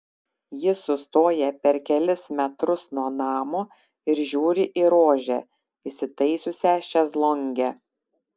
ji sustoja per kelis metrus nuo namo ir žiūri į rožę įsitaisiusią šezlonge